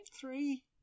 Three